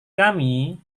kami